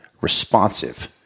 responsive